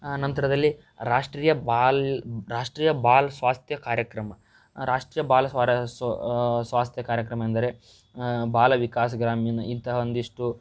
ಆನಂತರದಲ್ಲಿ ರಾಷ್ಟ್ರೀಯ ಬಾಲ ರಾಷ್ಟ್ರೀಯ ಬಾಲ ಸ್ವಾಸ್ಥ್ಯ ಕಾರ್ಯಕ್ರಮ ರಾಷ್ಟ್ರೀಯ ಬಾಲ ಸ್ವರ ಸೊ ಸ್ವಾಸ್ಥ್ಯ ಕಾರ್ಯಕ್ರಮ ಎಂದರೆ ಬಾಲ ವಿಕಾಸ್ ಗ್ರಾಮೀಣ್ ಇಂತಹ ಒಂದಿಷ್ಟು